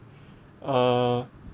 uh